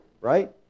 right